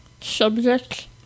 Subject